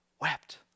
wept